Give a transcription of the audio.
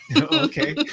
Okay